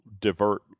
divert